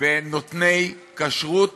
בנותני כשרות